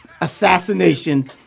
Assassination